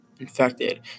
infected